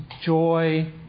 joy